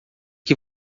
que